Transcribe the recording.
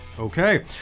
Okay